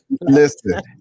Listen